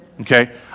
Okay